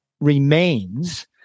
remains